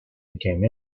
became